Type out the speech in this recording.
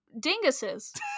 dinguses